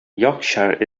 yorkshire